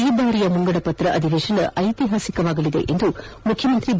ಈ ಬಾರಿಯ ಬಜೆಟ್ ಅಧಿವೇಶನ ಐತಿಹಾಸಿಕವಾಗಲಿದೆ ಎಂದು ಮುಖ್ಯಮಂತ್ರಿ ಬಿ